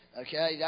okay